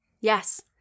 yes